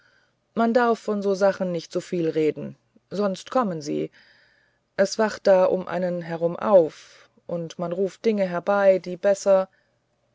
man darf von so sachen nicht zu viel reden sonst kommen sie es wacht da um einen herum auf und man ruft dinge bei die besser